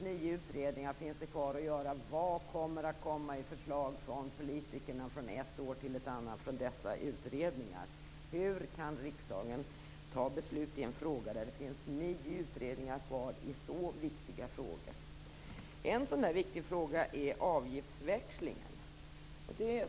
Det finns nio utredningar kvar att göra, och vad kommer i form av förslag från politikerna från ett år till ett annat från dessa utredningar? Hur kan riksdagen ta beslut i en fråga där det finns nio utredningar kvar i så viktiga frågor? En sådan viktig fråga är avgiftsväxlingen.